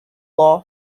law